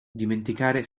dimenticare